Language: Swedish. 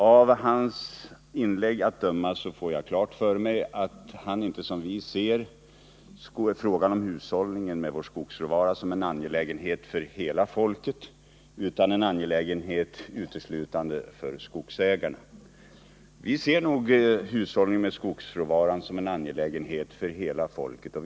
Av hans inlägg har jag fått klart för mig att han inte som vi ser frågan om hushållningen med vår skogsråvara som en angelägenhet för hela folket utan som en angelägenhet uteslutande för skogsägarna. Vi däremot ser hushållningen med skogsråvaran som en angelägenhet för hela svenska folket.